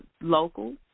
local